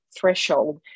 threshold